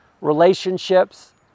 relationships